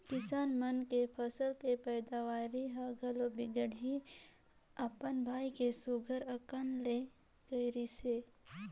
किसान मन के फसल के पैदावरी हर घलो बड़िहा अपन भाई के सुग्घर अकन ले करिसे